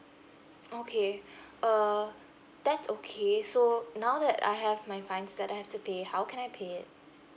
okay err that's okay so now that I have my fines that I have to pay how can I pay it